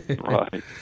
Right